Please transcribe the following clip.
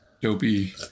dopey